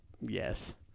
yes